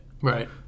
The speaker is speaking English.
right